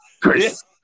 Chris